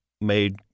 made